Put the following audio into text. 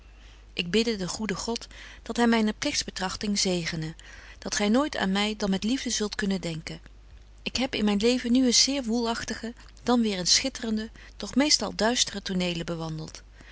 ik bidde den goeden god dat hy myne pligtsbetrachting zegene dat gy nooit aan my dan met liefde zult kunnen denken ik heb in myn leven nu eens zeer woelagtige dan weer eens schitterende doch meest al duistere tonelen bebetje